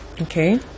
okay